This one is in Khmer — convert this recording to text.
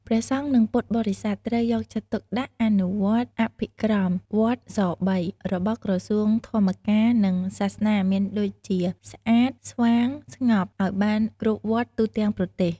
ព្រះសង្ឃ និងពុទ្ធបរិស័ទ ត្រូវយកចិត្តទុកដាក់ អនុវត្តអភិក្រម វត្ត ស៣ របស់ក្រសួងធម្មការនិងសាសនាមានដូចជា ស្អាត ស្វាង ស្ងប់ ឱ្យបានគ្រប់វត្តទូទាំងប្រទេស។